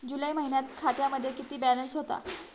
जुलै महिन्यात खात्यामध्ये किती बॅलन्स होता?